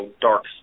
dark